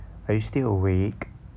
are you still awake